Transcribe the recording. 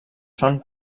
són